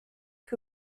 que